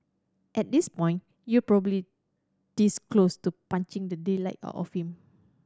at this point you probably this close to punching the daylight out of him